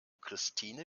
christine